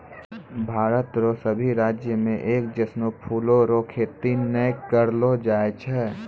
भारत रो सभी राज्य मे एक जैसनो फूलो रो खेती नै करलो जाय छै